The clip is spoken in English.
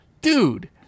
dude